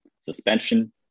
suspension